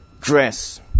dress